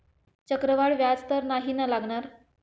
चक्रवाढ व्याज तर नाही ना लागणार?